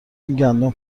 گندم